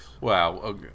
Wow